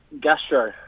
gastro